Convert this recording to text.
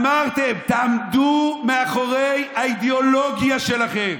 אמרתם, תעמדו מאחורי האידיאולוגיה שלכם.